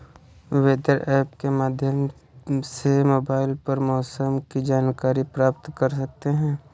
weather app के माध्यम से मोबाइल पर मौसम की जानकारी प्राप्त कर सकते हैं